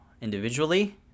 individually